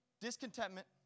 discontentment